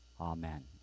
Amen